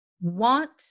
want